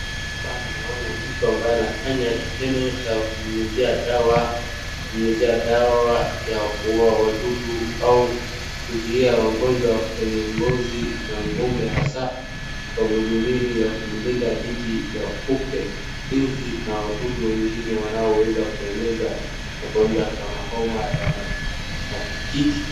Hapa naona mtu ambaye anafanya kitendo cha kunyunyizia dawa ya kuua wadudu au kuzuia magonjwa kwenye ngozi ya ng'ombe ,hasa kwa madhumuni ya kumlinda dhidi ya kupe, nzi na wadudu wengine wanaoweza kueneza magonjwa kama homa ya matikiti.